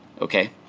Okay